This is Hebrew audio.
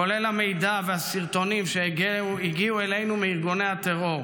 כולל המידע והסרטונים שהגיעו אלינו מארגוני הטרור,